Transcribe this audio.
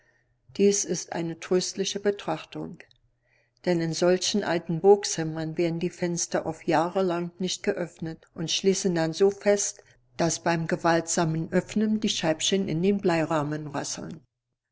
dies ist eine tröstliche betrachtung denn in solchen alten burgzimmern werden die fenster oft jahrelang nicht geöffnet und schließen dann so fest daß beim gewaltsamen öffnen die scheibchen in den bleirahmen rasseln